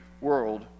world